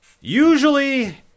Usually